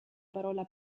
parola